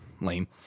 Lame